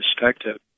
perspective